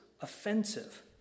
offensive